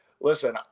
listen